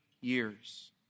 years